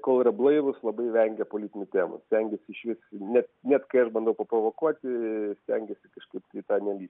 kol yra blaivūs labai vengia politinių temų stengiasi išvis net net kai aš bandau nu paprovokuoti stengiasi kažkaip tai į tą nelįsti